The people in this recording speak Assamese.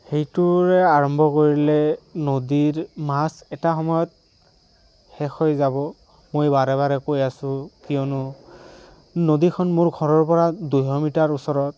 সেইটোৰে আৰম্ভ কৰিলে নদীৰ মাছ এটা সময়ত শেষ হৈ যাব মই বাৰে বাৰে কৈ আছোঁ কিয়নো নদীখন মোৰ ঘৰৰ পৰা দুশ মিটাৰ ওচৰত